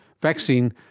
vaccine